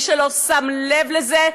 מי שלא שם לב לזה,